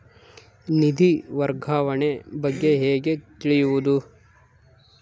ನಿಧಿ ವರ್ಗಾವಣೆ ಬಗ್ಗೆ ಹೇಗೆ ತಿಳಿಯುವುದು?